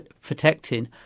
protecting